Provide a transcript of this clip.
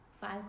Five